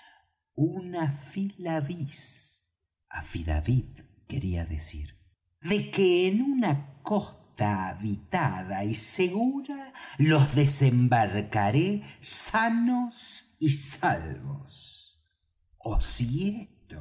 verdadera palabra de honor un afilavis affidavit quería decir de que en una costa habitada y segura los desembarcaré sanos y salvos ó si